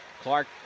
Clark